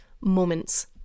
moments